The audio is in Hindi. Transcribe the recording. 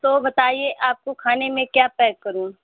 तो बताइए आपको खाने में क्या पैक करूँ